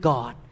God